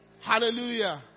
Hallelujah